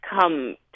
come